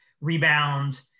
rebound